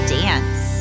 dance